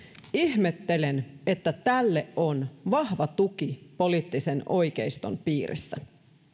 ihmettelen että tälle on vahva tuki poliittisen oikeiston piirissä